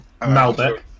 Malbec